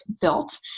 built